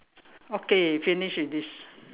okay finish with this